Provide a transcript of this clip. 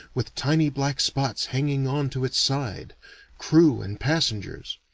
with tiny black spots hanging on to its side crew and passengers.